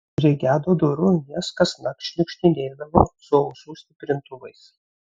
prie gedo durų jos kasnakt šniukštinėdavo su ausų stiprintuvais